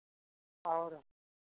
और